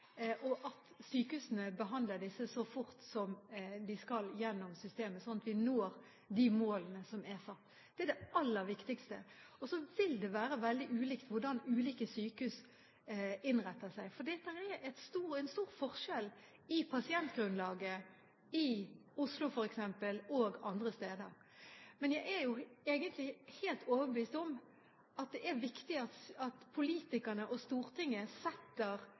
og at sykehusene behandler disse så fort som de skal, gjennom systemet, sånn at vi når de målene som er satt. Det er det aller viktigste. Så vil det være veldig ulikt hvordan ulike sykehus innretter seg. For det er stor forskjell på pasientgrunnlaget i f.eks. Oslo og andre steder. Men jeg er helt overbevist om at det er viktig at politikerne og Stortinget